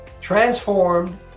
transformed